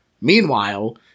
Meanwhile